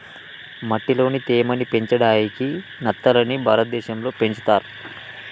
మట్టిలోని తేమ ని పెంచడాయికి నత్తలని భారతదేశం లో పెంచుతర్